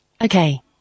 Okay